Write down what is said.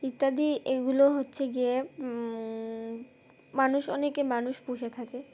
ইত্যাদি এগুলো হচ্ছে গিয়ে মানুষ অনেকে মানুষ পুষে থাকে